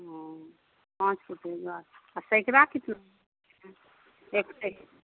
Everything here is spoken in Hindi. पाँच के पूरा और सेकड़ा कितना केरके